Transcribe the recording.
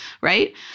right